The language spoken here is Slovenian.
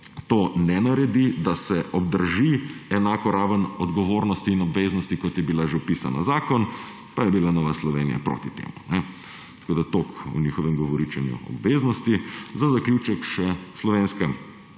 ne naredi, da se obdrži enako raven odgovornosti in obveznosti, kot je bila že vpisana v zakon, pa je bila Nova Slovenija proti temu. Toliko o njihovem govoričenju o obveznostih. Za zaključek. Slovenska